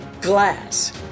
glass